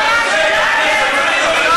הדיון הזה מבייש את הכנסת.